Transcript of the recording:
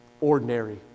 ordinary